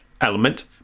element